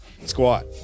squat